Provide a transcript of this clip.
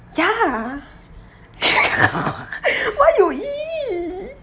ya why you !ee!